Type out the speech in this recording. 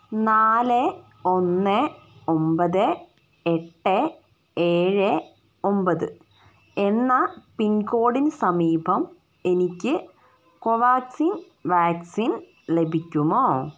നാല് ഒന്ന് ഒൻപത് എട്ട് ഏഴ് ഒൻപത് എന്ന പിൻകോഡിന് സമീപം എനിക്ക് കോവാക്സിൻ വാക്സിൻ ലഭിക്കുമോ